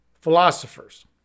philosophers